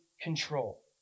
control